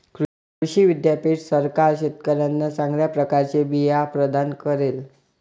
कृषी विद्यापीठ सरकार शेतकऱ्यांना चांगल्या प्रकारचे बिया प्रदान करेल